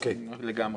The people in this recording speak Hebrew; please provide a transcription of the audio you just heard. לגמרי.